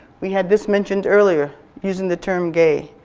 we had this mentioned earlier using the term gay.